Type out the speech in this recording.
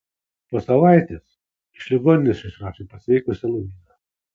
po savaitės iš ligoninės išrašė pasveikusią luizą